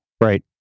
Right